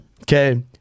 Okay